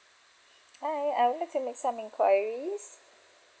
hi I would like to make some enquiries